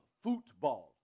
football